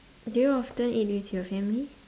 do you often eat with your family